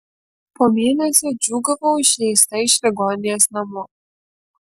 po mėnesio džiūgavau išleista iš ligoninės namo